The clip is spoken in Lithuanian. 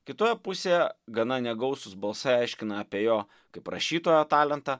kitoje pusėje gana negausūs balsai aiškina apie jo kaip rašytojo talentą